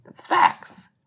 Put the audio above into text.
facts